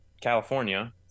California